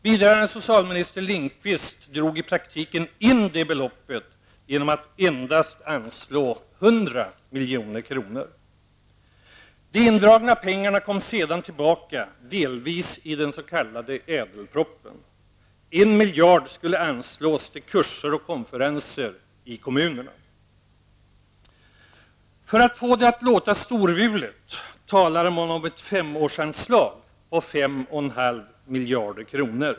Biträdande socialminister Lindqvist drog i praktiken in det beloppet genom att anslå endast De indragna pengarna kom sedan delvis tillbaka i den s.k. Ädelpropositionen. 1 miljard kronor skulle anslås till kurser och konferenser i kommunerna. För att få det att låta storvulet talade man om ett femårsanslag på 5,5 miljarder kronor.